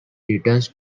returns